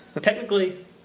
Technically